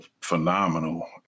phenomenal